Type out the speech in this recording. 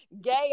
gay